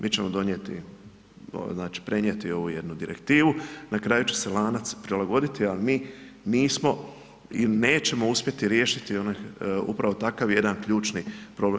Mi ćemo donijeti, prenijeti ovu jednu direktivu, na kraju će se lanac prilagoditi, a mi nismo ili nećemo uspjeti riješiti onaj upravo takav jedan ključni problem.